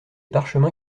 parchemins